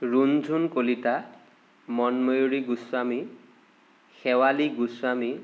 Runjun Kalita Monmayuri Goswami Sewali Goswami